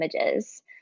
images